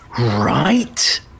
Right